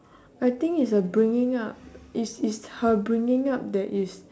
I think it's her bringing up it's it's her bringing up that is